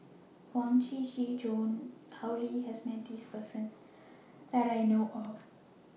Huang Shiqi Joan and Tao Li has Met This Person that I know of